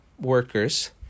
workers